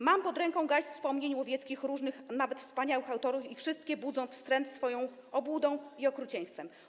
Mam pod ręką garść wspomnień łowieckich różnych, nawet wspaniałych, autorów i wszystkie budzą wstręt swoją obłudą i okrucieństwem.